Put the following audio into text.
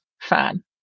fan